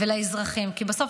כי בסוף,